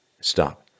stop